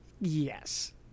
yes